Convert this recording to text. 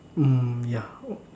mm ya